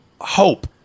hope